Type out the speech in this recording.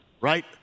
right